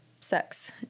sex